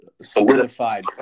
solidified